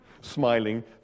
smiling